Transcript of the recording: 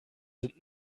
sind